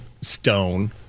stone